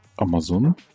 Amazon